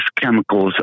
chemicals